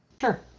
Sure